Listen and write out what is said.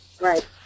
Right